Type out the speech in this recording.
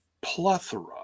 plethora